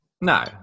No